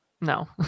no